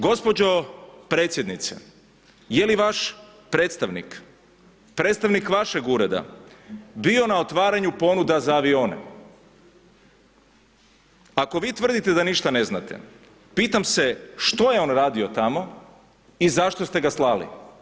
Gospođo predsjednice je li vaš predstavnik, predstavnik vašeg ureda bio na otvaranju ponuda za avione, ako vi tvrdite da ništa ne znate pitam se što je on radio tamo i zašto ste ga slali?